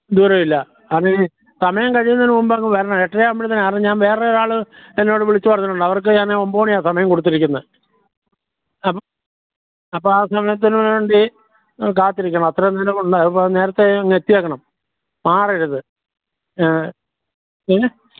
ദൂരവില്ല അത് സമയം കഴിയുന്നതിന് മുമ്പ് അങ്ങ് വരണെ എട്ടര ആകുമ്പോഴെ കാരണം ഞാന് വേറെ ഒരാള് എന്നോട് വിളിച്ച് പറഞ്ഞിട്ടുണ്ട് അവർക്ക് ഞാന് ഒമ്പത് മാണിയാണ് സമയം കൊടുത്തിരിക്കുന്നത് ആ അപ്പോൾ ആ സമയത്തിനു വേണ്ടി കാത്തിരിക്കണം അത്രയും നേരം ഉണ്ട് നേരത്തെ ഇങ്ങ് എത്തിയേക്കണം മാറരുത് പിന്നെ